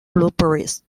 blueberries